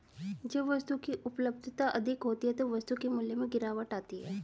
जब वस्तु की उपलब्धता अधिक होती है तो वस्तु के मूल्य में गिरावट आती है